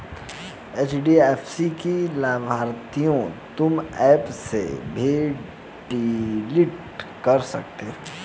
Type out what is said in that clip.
HDFC की लाभार्थियों तुम एप से भी डिलीट कर सकते हो